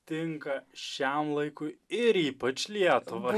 tinka šiam laikui ir ypač lietuvai